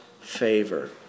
favor